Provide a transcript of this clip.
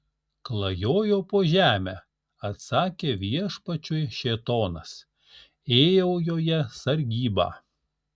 klajojau po žemę atsakė viešpačiui šėtonas ėjau joje sargybą